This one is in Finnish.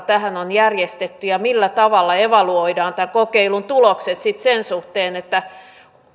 tähän on järjestetty ja millä tavalla evaluoidaan tämän kokeilun tulokset sitten sen suhteen